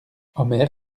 omer